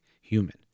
human